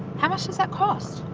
how much does that cost?